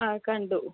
ആ കണ്ടു